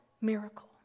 miracle